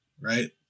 right